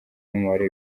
n’umubare